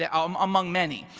yeah um among many.